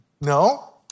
No